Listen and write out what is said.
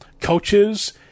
Coaches